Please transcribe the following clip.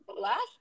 last